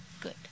Good